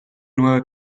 nueva